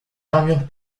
armures